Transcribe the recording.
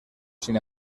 sin